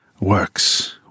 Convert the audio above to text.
works